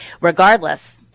regardless –